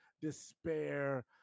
despair